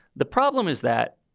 the problem is that